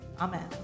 Amen